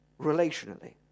relationally